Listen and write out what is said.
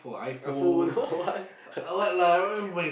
uh phone what